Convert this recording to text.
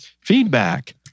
feedback